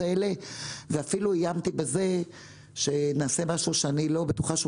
האלה ואפילו איימתי בכך שנעשה משהו שאני לא בטוחה שהוא